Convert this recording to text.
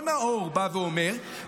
לא נאור בא ואומר,